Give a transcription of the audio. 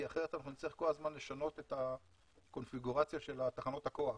כי אחרת נצטרך כל הזמן לשנות את הקונפיגורציה של תחנות הכוח,